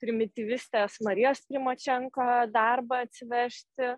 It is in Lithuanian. primityvistės marijos primočenko darbą atsivežti